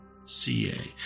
CA